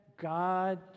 God